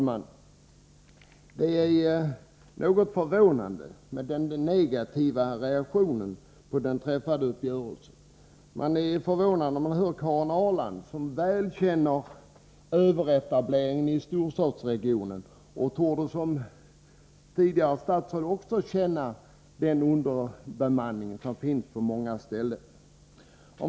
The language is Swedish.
Herr talman! Den negativa reaktionen på den träffade uppgörelsen är något förvånande. Man blir förvånad när man hör Karin Ahrland, som väl känner till överetableringen i storstadsregionerna och som i egenskap av tidigare statsråd också torde känna till den underbemanning som förekommer på många håll.